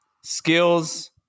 skills